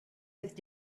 with